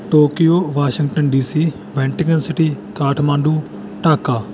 Tokyo Washington DC Vatican city Kathmandu Dhaka